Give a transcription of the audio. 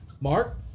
Mark